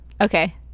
Okay